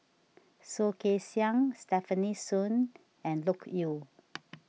Soh Kay Siang Stefanie Sun and Loke Yew